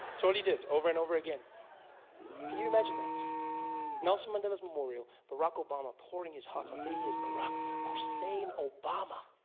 so he did, over and over again can you imagine that nelson madela's memorial barack obama pouring his heart out there he is, barack hussein obama